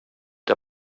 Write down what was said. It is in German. der